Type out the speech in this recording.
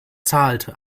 zahlt